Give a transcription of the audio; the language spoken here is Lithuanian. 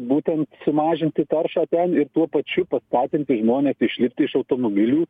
būtent sumažinti taršą ten ir tuo pačiu pas paskatinti žmones išlipti iš automobilių